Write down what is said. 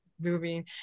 moving